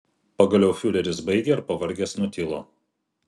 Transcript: pagaliau fiureris baigė ir pavargęs nutilo